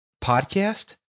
Podcast